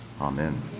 Amen